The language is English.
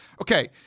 Okay